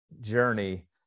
journey